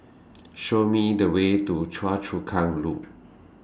Show Me The Way to Choa Chu Kang Loop